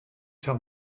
tell